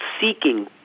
seeking